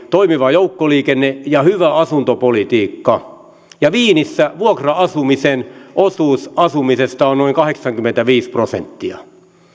toimiva joukkoliikenne ja hyvä asuntopolitiikka wienissä vuokra asumisen osuus asumisesta on noin kahdeksankymmentäviisi prosenttia